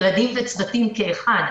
ילדים וצוותים כאחד,